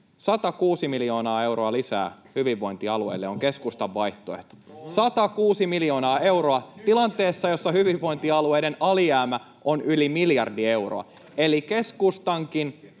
106 miljoonaa euroa lisää hyvinvointialueille on keskustan vaihtoehto, [Mauri Peltokangas: Ohhoh, ohhoh!] 106 miljoonaa euroa tilanteessa, jossa hyvinvointialueiden alijäämä on yli miljardi euroa. Eli keskustan